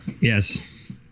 Yes